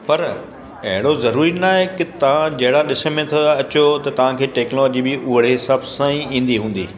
पर अहिड़ो ज़रूरी न आहे की तव्हां जहिड़ा ॾिस में था अचो त तव्हांखे टैक्नोलॉजी बि ओहिड़े हिसाब सां ई ईंदी हूंदी